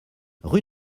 rue